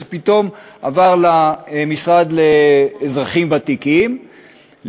שזה פתאום עבר למשרד לאזרחים ותיקים,